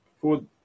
food